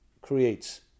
creates